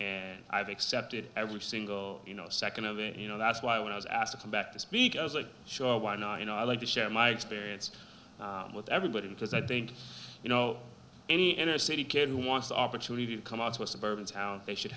me i've accepted every single you know second of you know that's why when i was asked to back to speak i was like sure why not you know i like to share my experience with everybody because i think you know any inner city kid who wants the opportunity to come out to a suburban town they should